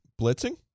blitzing